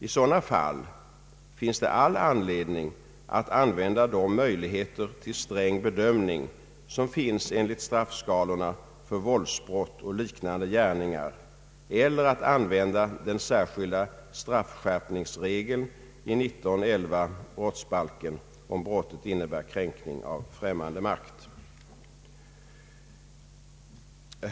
I sådana fall finns det all anledning att använda de möjligheter till sträng bedömning som finns enligt straffskalorna för våldsbrott och liknande gärningar eller att använda den särskilda straffskärpningsregeln i 19: 11 brottsbalken, om brottet innebär kränkning av främmande makt.